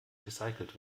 recycelt